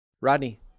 Rodney